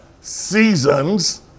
seasons